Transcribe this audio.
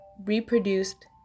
reproduced